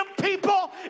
people